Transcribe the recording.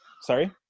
Sorry